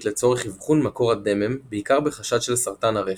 לצורך אבחון מקור הדמם בעיקר בחשד של סרטן הרחם,